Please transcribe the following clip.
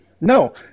no